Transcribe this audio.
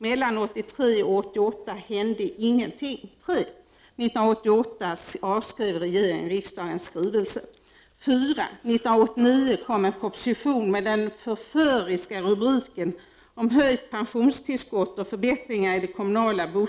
Mellan 1983 och 1988 hände ingenting. M-m.